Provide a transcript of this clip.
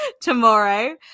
tomorrow